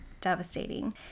Devastating